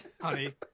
honey